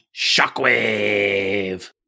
shockwave